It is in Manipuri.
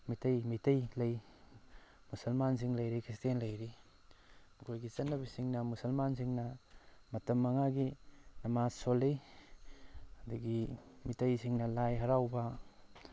ꯃꯩꯇꯩ ꯃꯤꯇꯩ ꯂꯩ ꯃꯨꯁꯜꯃꯥꯟꯁꯤꯡ ꯂꯩꯔꯤ ꯈ꯭ꯔꯤꯁꯇꯦꯟ ꯂꯩꯔꯤ ꯃꯈꯣꯏꯒꯤ ꯆꯠꯅꯕꯤꯁꯤꯡꯅ ꯃꯨꯁꯜꯃꯥꯟꯁꯤꯡꯅ ꯃꯇꯝ ꯃꯉꯥꯒꯤ ꯅꯃꯥꯁ ꯁꯣꯜꯂꯤ ꯑꯗꯨꯗꯒꯤ ꯃꯩꯇꯩꯁꯤꯡꯅ ꯂꯥꯏ ꯍꯔꯥꯎꯕ